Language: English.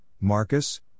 Marcus